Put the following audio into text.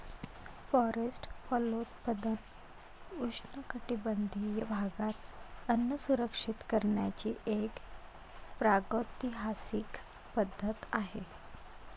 forest फलोत्पादन उष्णकटिबंधीय भागात अन्न सुरक्षित करण्याची एक प्रागैतिहासिक पद्धत आहे